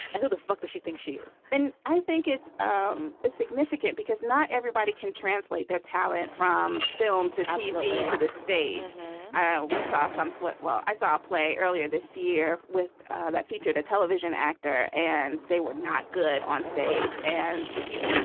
who the fuck she thinks she is and i think it's um it's significant because not everybody can translate their talent from film to tv to the stage we saw some. well i saw a play earlier this year with that featured a television actor and they were not good on stage and you.